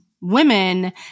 women